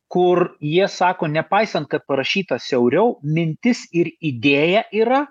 kur jie sako nepaisant kad parašyta siauriau mintis ir idėja yra